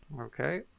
Okay